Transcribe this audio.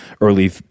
early